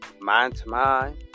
mind-to-mind